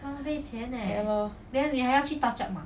ya lor